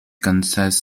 kansas